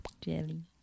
Jelly